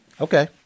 Okay